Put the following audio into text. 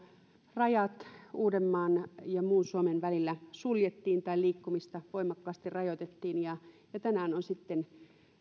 rajat uudenmaan ja muun suomen välillä suljettiin tai liikkumista voimakkaasti rajoitettiin ja ja tänään on sitten